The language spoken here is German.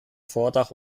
vordach